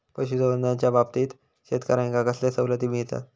पशुसंवर्धनाच्याबाबतीत शेतकऱ्यांका कसले सवलती मिळतत?